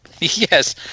Yes